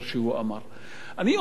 אני אומר את הדברים האלו,